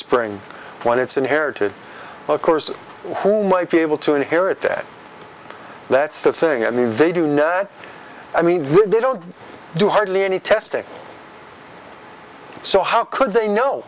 spring when it's inherited of course who might be able to inherit it that's the thing i mean they do know i mean they don't do hardly any testing so how could they know